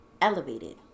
Elevated